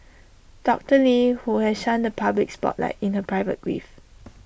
doctor lee who has shunned the public spotlight in her private grief